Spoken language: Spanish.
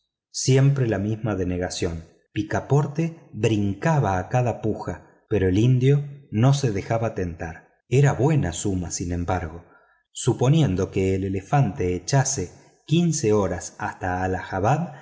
siempre la misma denegación picaporte brincaba a cada puja pero el indio no se dejaba tentar era una buena suma sin embargo suponiendo que el elefante echase quince horas hasta